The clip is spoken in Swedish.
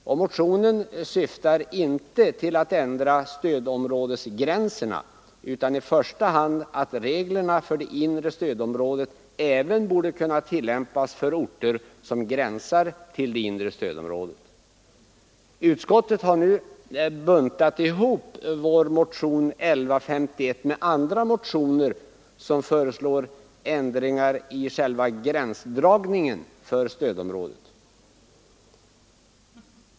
Motionen syftar inte till att ändra stödområdesgränserna utan i första hand till att reglerna för det inre stödområdet även bör kunna tillämpas för orter som gränsar till det inre stödområdet. Utskottet har nu buntat ihop vår motion 1151 med andra motioner i vilka föreslås ändringar i själva gränsdragningen för stödområdet.